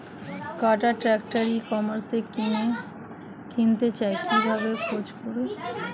কাটার tractor ই কমার্সে কিনতে চাই কিভাবে খোঁজ করো?